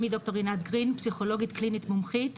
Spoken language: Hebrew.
אני פסיכולוגית קלינית מומחית,